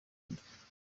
inda